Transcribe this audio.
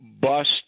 bust